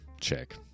check